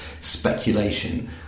speculation